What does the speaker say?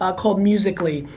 ah called musical ly.